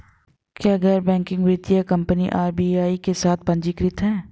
क्या गैर बैंकिंग वित्तीय कंपनियां आर.बी.आई के साथ पंजीकृत हैं?